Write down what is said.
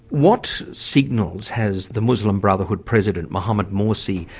what signals has the muslim brotherhood, president mohammed mursi,